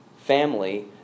family